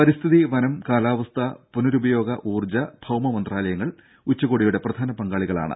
പരിസ്ഥിതി വനം കാലാവസ്ഥ പുനരുപയോഗ ഊർജ്ജ ഭൌമ മന്ത്രാലയങ്ങൾ ഉച്ചകോടിയുടെ പ്രധാന പങ്കാളികളാണ്